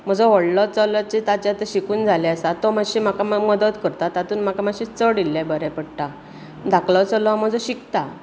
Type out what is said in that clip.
म्हजो वडलो चलो ताचें आता शिकून जाले आसा तो मातशी म्हाका मदत करता तातूंत मातशें म्हाका चड इल्लें बरें पडटा धाकलो चलो म्हजो शिकता